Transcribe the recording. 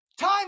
time